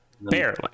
Barely